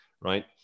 right